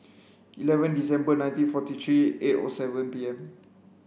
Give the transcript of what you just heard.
eleven December nineteen forty three eight O seven P M